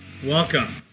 Welcome